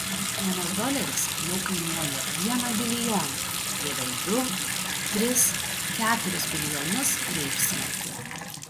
vienas doleris jau kainuoja vieną bilijoną vėliau du tris keturis bilijonus reichsmarkių